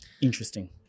Interesting